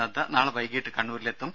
നദ്ദ നാളെ വൈകീട്ട് കണ്ണൂരിലെത്തും